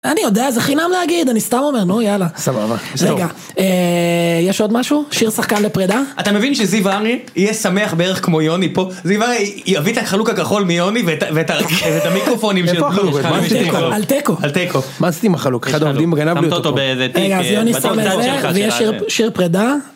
אני יודע זה חינם להגיד אני סתם אומר נו יאללה סבבה רגע יש עוד משהו שיר שחקן לפרידה אתה מבין שזיו עמי יהיה שמח בערך כמו יוני פה זו עמי יביא הביתה את החלוק הכחול מיוני ואת המיקרופונים שיש לך על תיקו מה עשיתם עם החלוק אחד עובדים גנב לי אותו אז יוני שומע את זה ויש שיר פרידה.